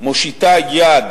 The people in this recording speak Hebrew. מושיטה יד